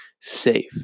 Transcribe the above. safe